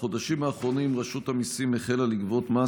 בחודשים האחרונים רשות המיסים החלה לגבות מס